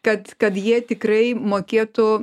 kad kad jie tikrai mokėtų